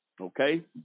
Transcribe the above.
okay